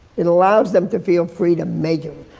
it allows them to feel free to make them.